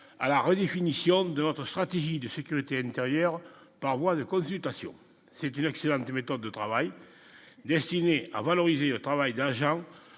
à la redéfinition de notre stratégie de sécurité intérieure, par voie de consultation, c'est une excellente méthode de travail destiné à valoriser le travail d'agent